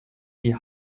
die